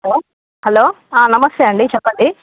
hello hello నమస్తే అండి చెప్పండి